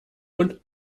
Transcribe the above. und